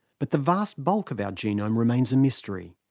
but the vast bulk of our genome remains a mystery.